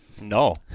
No